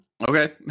Okay